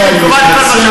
יש לי תשובה על כל מה שאמרת.